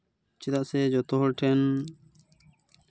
ᱪᱮᱫᱟᱜ ᱥᱮ ᱡᱚᱛᱚ ᱦᱚᱲ ᱴᱷᱮᱱ